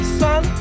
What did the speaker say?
sun